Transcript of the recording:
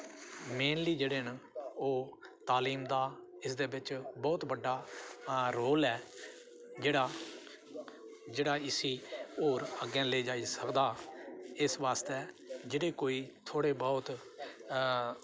mainly जेह्ड़े न ओह् तालीम दा इस दे बिच्च बोह्त बड्डा रोल ऐ जेह्ड़ा जेह्ड़ा इसी होर अग्गें लेई जाई सकदा इस बास्तै जेह्ड़े कोई थोह्ड़े बोह्त